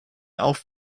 auf